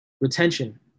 Retention